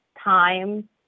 time